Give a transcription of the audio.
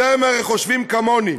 אתם הרי חושבים כמוני,